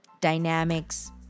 dynamics